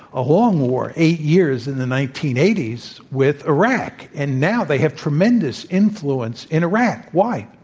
along war eight years in the nineteen eighty s with iraq. and now they have tremendous influence in iraq. why?